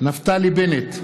נפתלי בנט,